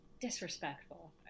disrespectful